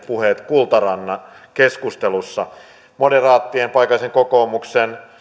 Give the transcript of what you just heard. puheet kultarannan keskustelussa ruotsalainen moderaattien paikallisen kokoomuksen